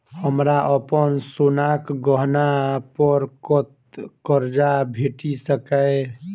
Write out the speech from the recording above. हमरा अप्पन सोनाक गहना पड़ कतऽ करजा भेटि सकैये?